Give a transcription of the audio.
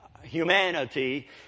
humanity